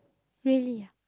really ah